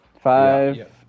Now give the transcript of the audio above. Five